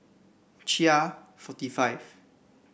Chia forty five